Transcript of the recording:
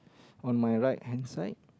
on my right hand side